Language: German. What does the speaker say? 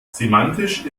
semantisch